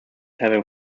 having